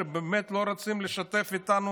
שבאמת לא רוצות לשתף איתנו